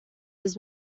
his